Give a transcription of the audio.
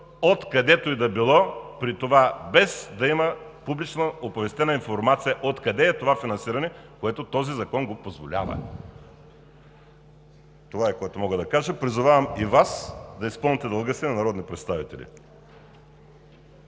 откъдето и да било – при това, без да има публично оповестена информация откъде е това финансиране, което този закон позволява. Това е, което мога да кажа. Призовавам и Вас да изпълните дълга си на народни представители!